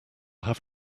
have